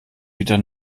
wieder